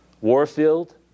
Warfield